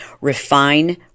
Refine